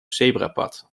zebrapad